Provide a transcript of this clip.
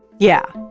yeah,